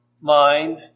mind